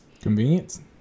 Convenience